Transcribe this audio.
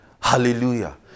Hallelujah